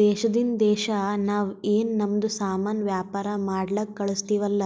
ದೇಶದಿಂದ್ ದೇಶಾ ನಾವ್ ಏನ್ ನಮ್ದು ಸಾಮಾನ್ ವ್ಯಾಪಾರ ಮಾಡ್ಲಕ್ ಕಳುಸ್ತಿವಲ್ಲ